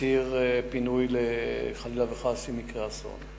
כציר פינוי אם חלילה וחס יקרה אסון.